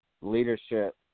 leadership